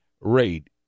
rate